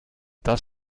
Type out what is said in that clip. das